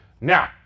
Now